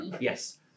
Yes